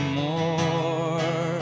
more